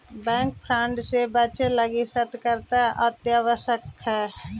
bank fraud से बचे लगी सतर्कता अत्यावश्यक हइ